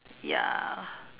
ya